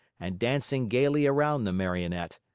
and dancing gayly around the marionette.